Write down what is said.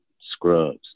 scrubs